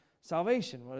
salvation